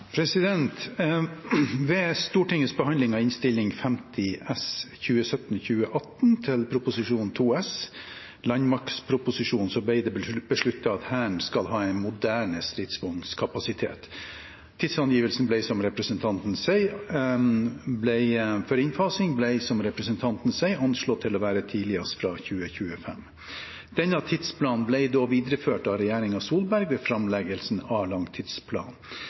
Ved Stortingets behandling av Innst. 50 S for 2017–2018 til Prop. 2 S for 2017–2018, Landmaktproposisjonen, ble det besluttet at Hæren skal ha en moderne stridsvognkapasitet. Tidsangivelsen for innfasing ble, som representanten sier, anslått å være tidligst fra 2025. Denne tidsplanen ble da videreført av regjeringen Solberg ved framleggelse av langtidsplanen.